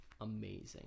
amazing